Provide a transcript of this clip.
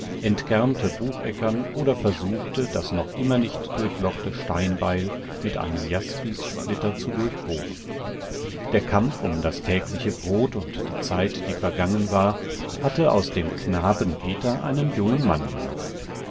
entkernte bucheckern oder versuchte das noch immer nicht durchlochte steinbeil mit einem jaspissplitter zu durchbohren der kampf um das tägliche brot und die zeit die vergangen war hatte aus dem knaben peter einen jungen mann gemacht